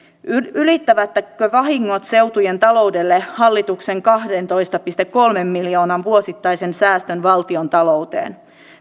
ylittävätkö vahingot seutujen taloudelle hallituksen kahdentoista pilkku kolmen miljoonan vuosittaisen säästön valtiontalouteen